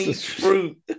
fruit